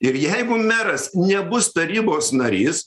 ir jeigu meras nebus tarybos narys